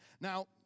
Now